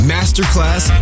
Masterclass